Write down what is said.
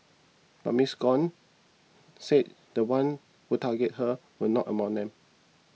but Miss Gong said the ones who targeted her were not among them